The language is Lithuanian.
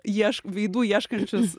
ieš veidų ieškančius